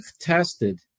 tested